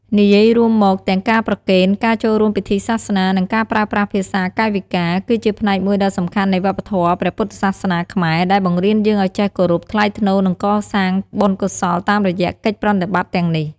និយាយរួមមក ទាំងការប្រគេន ការចូលរួមពិធីសាសនា និងការប្រើប្រាស់ភាសាកាយវិការ គឺជាផ្នែកមួយដ៏សំខាន់នៃវប្បធម៌ព្រះពុទ្ធសាសនាខ្មែរ ដែលបង្រៀនយើងឲ្យចេះគោរព ថ្លៃថ្នូរ និងកសាងបុណ្យកុសលតាមរយៈកិច្ចប្រតិបត្តិទាំងនេះ។